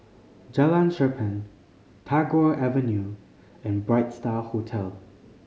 Jalan Cherpen Tagore Avenue and Bright Star Hotel